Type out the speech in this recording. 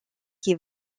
qui